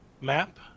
map